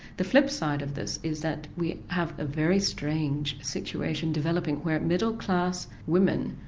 the flip side of this is that we have a very strange situation developing where middle class women,